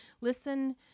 Listen